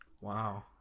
Wow